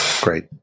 Great